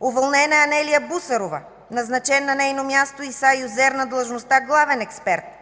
Уволнена е Анелия Бусарова – назначен на нейно място е Иса Юзер на длъжността „Главен експерт”.